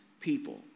people